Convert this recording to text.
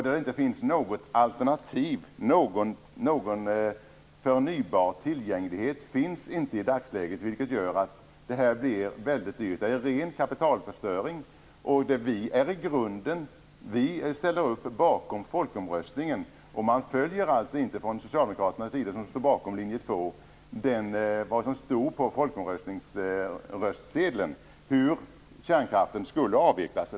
Där finns inte något alternativ eller något förnybart som är tillgängligt i dagsläget, vilket gör att det blir väldigt dyrt - det är ren kapitalförstöring. Vi ställer upp bakom folkomröstningen. Från Socialdemokraternas sida, som stod bakom linje 2, följer man inte vad som stod på röstsedeln om hur kärnkraften skulle avvecklas.